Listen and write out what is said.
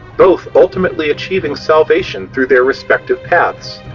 both ultimately achieving salvation through their respective paths.